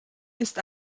ist